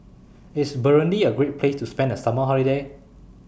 IS Burundi A Great Place to spend The Summer Holiday